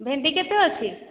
ଭେଣ୍ଡି କେତେ ଅଛି